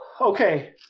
Okay